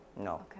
No